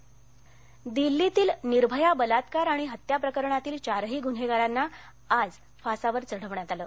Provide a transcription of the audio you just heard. निर्भया दिल्लीतील निर्भया बलात्कार आणि हत्या प्रकरणातील चारही गुन्हेगारांना अखेर आज फासावर चढवण्यात आलं